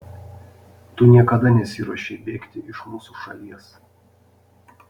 tu niekada nesiruošei bėgti iš mūsų šalies